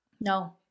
no